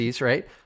right